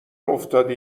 افتادی